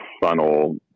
funnel